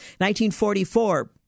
1944